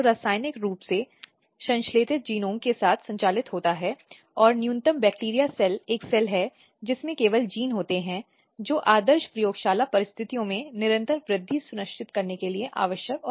शायद सभी 2012 की घटना से अवगत हैं जिसे हम निर्भया कहते हैं जिसके परिणामस्वरूप महिला की मृत्यु हो गई